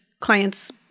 clients